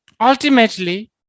ultimately